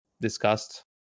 discussed